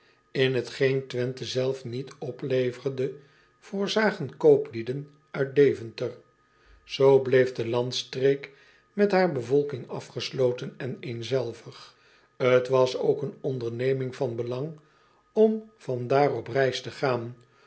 n hetgeen wenthe zelf niet opleverde voorzagen kooplieden uit eventer oo bleef de landstreek met haar bevolking afgesloten en eenzelvig t as ook een onderneming van aanbelang om van daar op reis te gaan